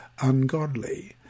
ungodly